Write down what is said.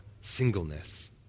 singleness